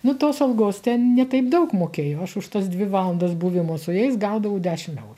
nu tos algos ten ne taip daug mokėjo aš už tas dvi valandas buvimo su jais gaudavau dešim eurų